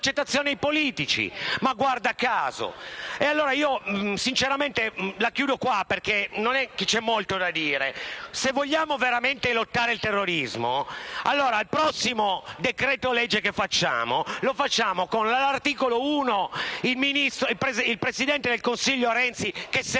Ma guarda caso!